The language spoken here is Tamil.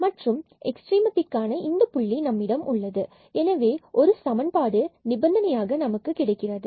மற்றும் எக்ஸ்ட்ரிமத்திற்கான இந்த புள்ளி நம்மிடம் ∂f∂x∂f∂ydydx உள்ளது எனவே இது ஒரு சமன்பாடு நிபந்தனையாக நமக்கு கிடைக்கிறது